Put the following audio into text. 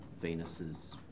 Venus's